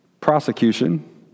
prosecution